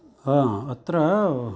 हा अत्र